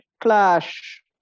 clash